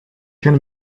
can